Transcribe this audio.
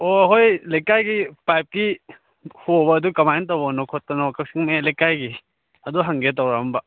ꯑꯣ ꯑꯩꯈꯣꯏ ꯂꯩꯀꯥꯏꯒꯤ ꯄꯥꯏꯞꯀꯤ ꯍꯣꯕ ꯑꯗꯨ ꯀꯃꯥꯏꯅ ꯇꯧꯕꯅꯣ ꯈꯣꯠꯄꯅꯣ ꯀꯛꯆꯤꯡ ꯃꯌꯥꯏ ꯂꯩꯀꯥꯏꯒꯤ ꯑꯗꯨ ꯍꯪꯒꯦ ꯇꯧꯔꯛꯑꯝꯕ